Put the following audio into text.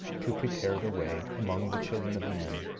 to prepare the way among the children of men,